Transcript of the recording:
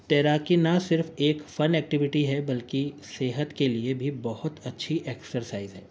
تیراکی نہ صرف ایک فن ایکٹیوٹی ہے بلکہ صحت کے لیے بھی بہت اچھی ایکسرسائز ہے